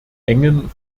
engen